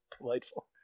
Delightful